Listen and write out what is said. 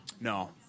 No